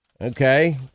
Okay